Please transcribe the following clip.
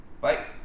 Bye